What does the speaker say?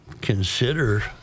consider